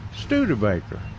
Studebaker